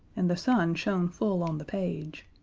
and the sun shone full on the page.